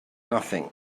nothing